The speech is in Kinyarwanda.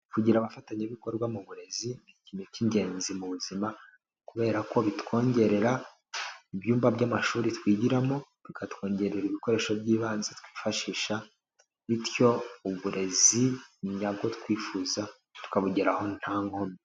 Kugira abafatanyabikorwa mu burezi ni ikintu cy'ingenzi mu buzima kubera ko bitwongerera ibyumba by'amashuri twigiramo, bikatwongerera ibikoresho by'ibanze twifashisha bityo uburezi nyabwo twifuza tukabugeraho nta nkomyi.